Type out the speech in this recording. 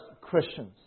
Christians